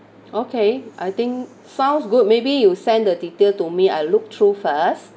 okay I think sounds good maybe you send the detail to me I look through first